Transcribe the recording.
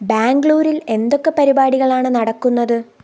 ബാംഗ്ലൂരിൽ എന്തൊക്കെ പരിപാടികളാണ് നടക്കുന്നത്